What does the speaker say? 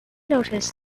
notice